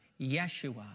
Yeshua